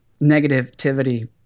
negativity